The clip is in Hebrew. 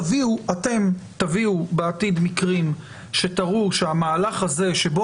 תביאו אתם בעתיד מקרים שתראו שהמהלך הזה שבו